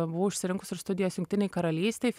buvau išsirinkus ir studijas jungtinėj karalystėj